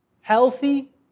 healthy